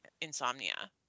insomnia